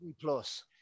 Plus